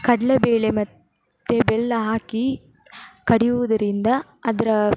ಕಡಲೇಬೇಳೆ ಮತ್ತೆ ಬೆಲ್ಲ ಹಾಕಿ ಕಡಿಯುವುದರಿಂದ ಅದರ